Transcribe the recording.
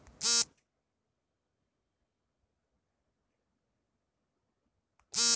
ರೈತರು ವ್ಯಾಪಾರ ಬೆಳೆಗಳನ್ನು ಕೆಂಪು ಮಣ್ಣು ಅಥವಾ ಕಪ್ಪು ಮಣ್ಣಿನ ಫಲವತ್ತತೆಯಲ್ಲಿ ಬೆಳೆಯಬಹುದೇ?